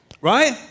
right